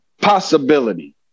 Possibility